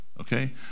okay